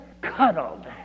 cuddled